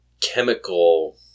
chemical